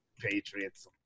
Patriots